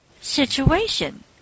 situation